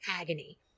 agony